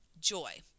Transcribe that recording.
joy